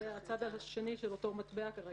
זה הצד של אותו מטבע.